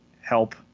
help